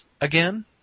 again